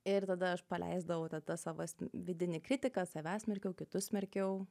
ir tada aš paleisdavau tą tą savo vidinį kritiką save smerkiau kitus smerkiau